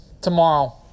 tomorrow